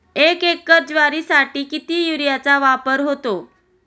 एक एकर ज्वारीसाठी किती युरियाचा वापर होतो?